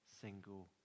single